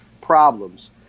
problems